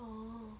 oh